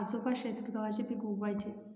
आजोबा शेतात गव्हाचे पीक उगवयाचे